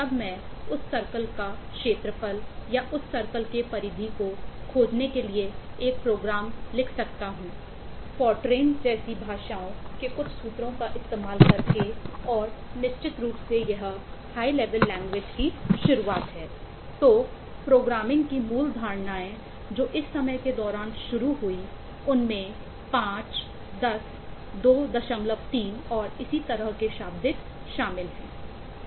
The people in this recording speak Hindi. तब मैं उस सर्कल का क्षेत्रफल या उस सर्कल के परिधि को खोजने के लिए एक प्रोग्राम लिख सकता हूं फोरट्रान की मूल धारणाएँ जो इस समय के दौरान शुरू हुईं उनमें 5 10 23 और इसी तरह के शाब्दिक शामिल हैं